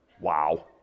wow